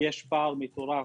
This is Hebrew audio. יש פער מטורף,